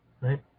Right